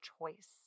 choice